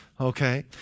okay